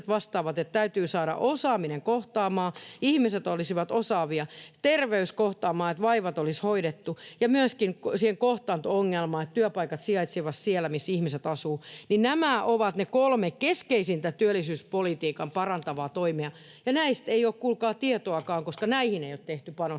että täytyy saada osaaminen kohtaamaan, että ihmiset olisivat osaavia, terveys kohtaamaan, että vaivat olisi hoidettu, ja myöskin se kohtaanto-ongelma, että työpaikat sijaitsisivat siellä, missä ihmiset asuvat. Nämä ovat ne kolme keskeisintä työllisyyspolitiikan parantavaa toimea, ja näistä ei ole, kuulkaa, tietoakaan, koska näihin ei ole tehty panostuksia.